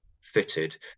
fitted